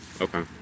Okay